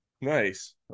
nice